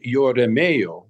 jo rėmėjų